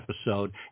episode